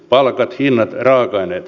palkat hinnat raaka aineet